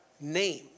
name